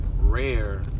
rare